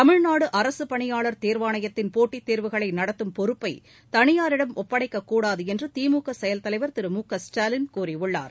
தமிழ்நாடு அரசுப்பணியாளர் தேர்வாணையத்தின் போட்டித் தேர்வுகளை நடத்தும் பொறுப்பை தனியாரிடம் ஒப்படைக்கக் கூடாது என்று திமுக செயல் தலைவர் திரு மு க ஸ்டாலின் வலியுறுத்தியுள்ளார்